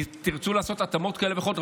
תרצו לעשות התאמות כאלה ואחרות,